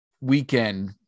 weekend